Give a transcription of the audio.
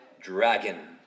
dragon